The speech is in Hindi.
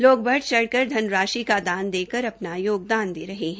लोग बढ़ चढ़ कर धनराशि का दान करके अपना योगदान दे रहे है